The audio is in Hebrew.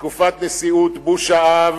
בתקופת נשיאות בוש האב